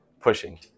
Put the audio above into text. pushing